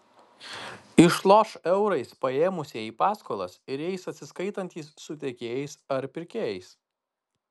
išloš eurais paėmusieji paskolas ir jais atsiskaitantys su tiekėjais ar pirkėjais